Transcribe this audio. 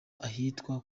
ahitwa